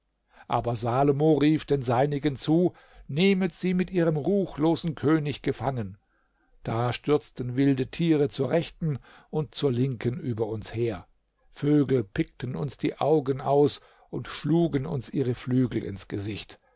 aber salomo rief den seinigen zu nehmet sie mit ihrem ruchlosen könig gefangen da stürzten wilde tiere zur rechten und zur linken über uns her vögel pickten uns die augen aus und schlugen uns ihre flügel ins gesicht